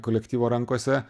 kolektyvo rankose